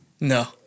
No